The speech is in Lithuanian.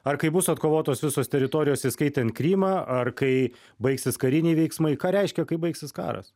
ar kaip bus atkovotos visos teritorijos įskaitant krymą ar kai baigsis kariniai veiksmai ką reiškia kai baigsis karas